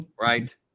Right